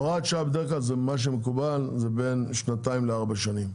הוראת שנה בדרך כלל מה שמקובל זה בין שנתיים לארבע שנים,